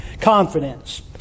Confidence